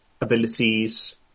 abilities